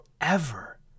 forever